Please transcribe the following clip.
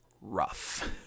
rough